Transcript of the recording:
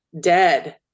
dead